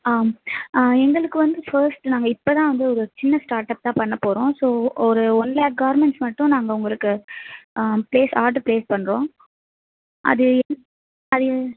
ஆ எங்களுக்கு வந்து ஃபஸ்ட் நாங்கள் இப்போதான் வந்து ஒரு சின்ன ஸ்டாட்டப் தான் பண்ணப் போகிறோம் ஸோ ஒரு ஒன் லேக் கார்மெண்ட்ஸ் மட்டும் நாங்கள் உங்களுக்கு ப்ளேஸ் ஆடர் ப்ளேஸ் பண்ணுறோம் அது அது